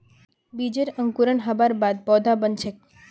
बीजेर अंकुरण हबार बाद पौधा बन छेक